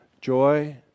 joy